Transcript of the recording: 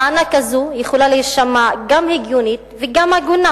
טענה כזאת יכולה להישמע גם הגיונית וגם הגונה,